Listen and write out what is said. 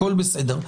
הכול בסדר.